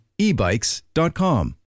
ebikes.com